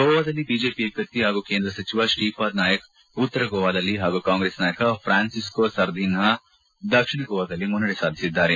ಗೋವಾದಲ್ಲಿ ಬಿಜೆಪಿ ಅಭ್ಯರ್ಥಿ ಹಾಗೂ ಕೇಂದ್ರ ಸಚಿವ ಶ್ರೀಪಾದ್ ನಾಯಕ್ ಉತ್ತರ ಗೋವಾದಲ್ಲಿ ಹಾಗೂ ಕಾಂಗ್ರೆಸ್ ನಾಯಕ ಫ್ರಾನ್ಸಿಸ್ಕೋ ಸರ್ದಿನ್ವಾ ದಕ್ಷಿಣ ಗೋವಾದಲ್ಲಿ ಮುನ್ನಡೆ ಸಾಧಿಸಿದ್ದಾರೆ